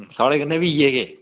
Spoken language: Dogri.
साढ़े कन्नै बी इयै केह्